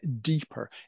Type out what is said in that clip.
deeper